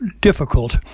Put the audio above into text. difficult